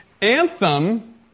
anthem